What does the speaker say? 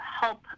help